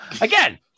Again